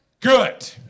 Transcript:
Good